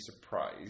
surprised